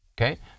okay